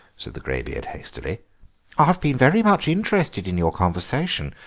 said the greybeard hastily i've been very much interested in your conversation.